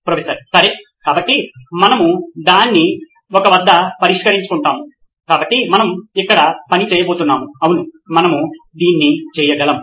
professor సరే కాబట్టి మనము దాన్ని ఒక వద్ద పరిష్కరించుకుంటాము కాబట్టి మనము ఇక్కడ పని చేయబోతున్నాం అవును మనము దీన్ని చేయగలం